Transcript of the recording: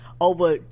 over